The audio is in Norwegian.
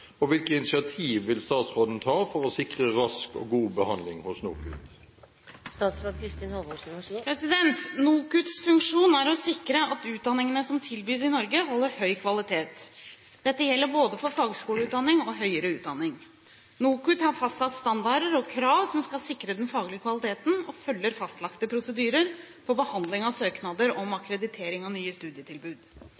og hvilke initiativ vil statsråden ta for å sikre rask og god behandling hos NOKUT?» NOKUTs funksjon er å sikre at utdanningene som tilbys i Norge, holder høy kvalitet. Dette gjelder både for fagskoleutdanning og høyere utdanning. NOKUT har fastsatt standarder og krav som skal sikre den faglige kvaliteten, og følger fastlagte prosedyrer for behandling av søknader om